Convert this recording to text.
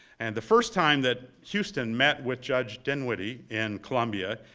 and the first time that houston met with judge dinwiddie in columbia,